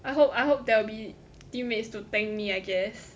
I hope I hope there will be teammates to tank me I guess